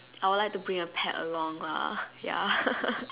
I will like to bring a pet along lah ya